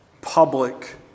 public